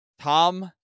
Tom